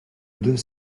deux